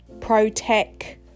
pro-tech